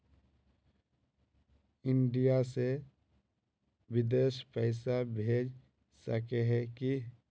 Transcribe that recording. India से बिदेश पैसा भेज सके है की?